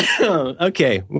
Okay